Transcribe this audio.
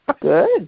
Good